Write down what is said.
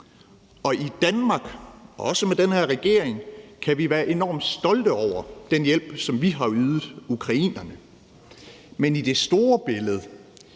og i Danmark, og også med den her regering, kan vi være enormt stolte over den hjælp, som vi har ydet ukrainerne. Men i det store billede